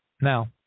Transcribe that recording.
Now